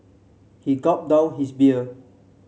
he gulped down his beer